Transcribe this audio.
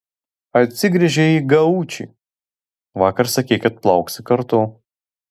atsigręžė į gaučį vakar sakei kad plauksi kartu